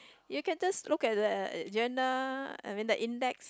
you can just look at the agenda I mean the index